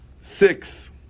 Six